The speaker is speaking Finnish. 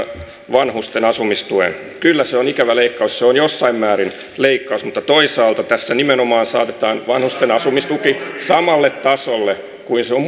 vanhusten asumistuen kyllä se on ikävä leikkaus se on jossain määrin leikkaus mutta toisaalta tässä nimenomaan saatetaan vanhusten asumistuki samalle tasolle kuin se on